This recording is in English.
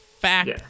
fact